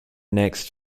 next